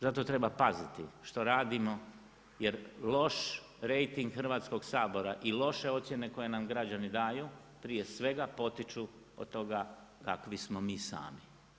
Zato treba paziti što radimo jer loš rejting Hrvatskoga sabora i loše ocjene koje nam građani daju prije svega potiču od toga kakvi smo mi sami.